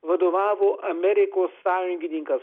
vadovavo amerikos sąjungininkas